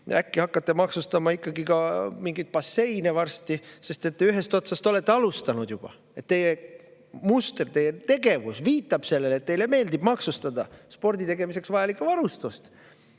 Äkki hakkate varsti maksustama ka mingeid basseine? Sest ühest otsast olete alustanud juba. Teie muster, teie tegevus viitab sellele, et teile meeldib maksustada sporditegemiseks vajalikku varustust.